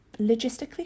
logistically